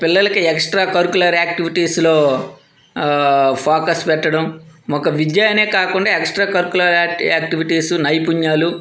పిల్లలకి extra curricular యాక్టివిటీస్లో focus పెట్టడం ఒక విద్య అనే కాకుండా ఎక్స్ట్రా కరిక్యులర్ యాక్టివిటీస్ నైపుణ్యాలు